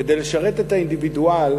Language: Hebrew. כדי לשרת את האינדיבידואל,